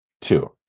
two